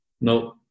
No